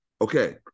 Okay